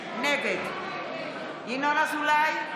נגד ינון אזולאי,